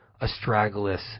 astragalus